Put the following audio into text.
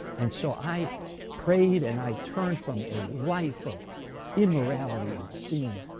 and so i prayed, and i turned from a life of immorality and sin,